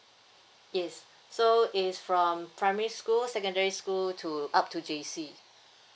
yes so it's from primary school secondary school to up to J C